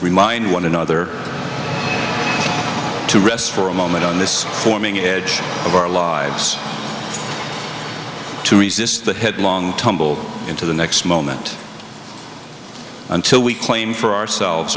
remind one another to rest for a moment on this forming edge of our lives to resist that headlong tumble into the next moment until we claim for ourselves